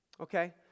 okay